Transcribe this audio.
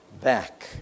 back